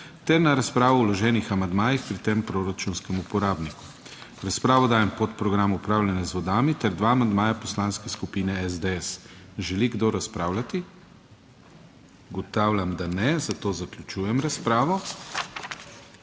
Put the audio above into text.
ter na razpravo o vloženih amandmajih pri tem proračunskem uporabniku. V razpravo dajem podprogram upravljanja z vodami ter dva amandmaja Poslanske skupine SDS. Želi kdo razpravljati? (Ne.) Ugotavljam, da ne, zato zaključujem razpravo.